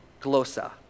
glosa